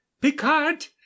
Picard